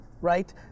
right